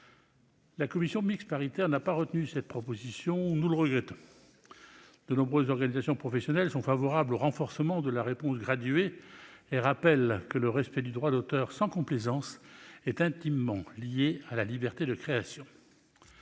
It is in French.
La commission mixte paritaire n'a pas retenu cette proposition, et nous le regrettons. De nombreuses organisations professionnelles sont favorables au renforcement de la réponse graduée et rappellent que le respect du droit d'auteur, sans complaisance, est intimement lié à la liberté de création.